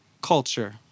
culture